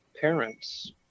parents